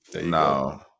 No